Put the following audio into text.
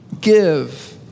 give